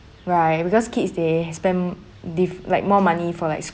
right because kids they has spent dif~ like more money for like